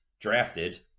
drafted